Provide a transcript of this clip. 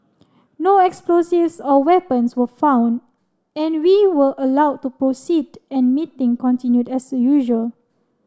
no explosives or weapons were found and we were allow to proceed and meeting continued as usual